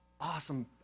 Awesome